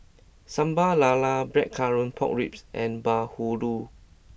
Sambal Lala Blackcurrant Pork Ribs and Bahulu